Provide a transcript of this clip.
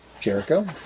Jericho